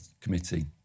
committee